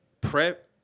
prep